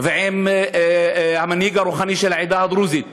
ועם המנהיג הרוחני של העדה הדרוזית